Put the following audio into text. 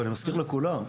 אבל אני מזכיר לכולם,